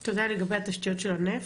אתה יודע לגבי התשתיות של הנפט?